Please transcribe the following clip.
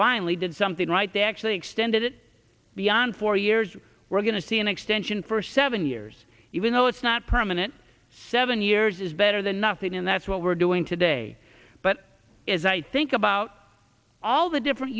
finally did something right they actually extended it beyond four years we're going to see an extension for seven years even though it's not permanent seven years is better than nothing and that's what we're doing today but is i think about all the different